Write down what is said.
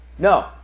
No